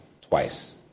twice